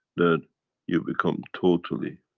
that you become totally